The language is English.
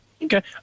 Okay